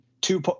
two